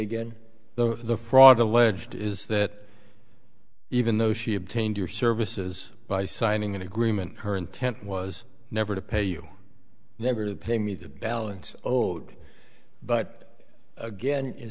though the fraud alleged is that even though she obtained your services by signing an agreement her intent was never to pay you never pay me the balance oh but again you